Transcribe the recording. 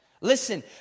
Listen